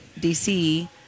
DC